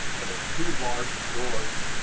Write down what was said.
and there's two large drawers